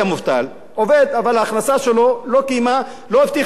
אבל ההכנסה שלו לא הבטיחה את הקיום המכובד,